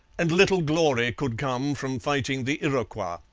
and little glory could come from fighting the iroquois.